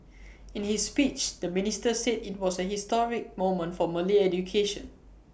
in his speech the minister said IT was A historic moment for Malay education